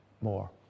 more